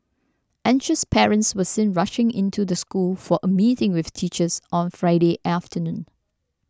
anxious parents were seen rushing into the school for a meeting with teachers on Friday afternoon